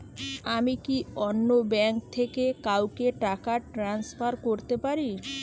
আমি কি অন্য ব্যাঙ্ক থেকে কাউকে টাকা ট্রান্সফার করতে পারি?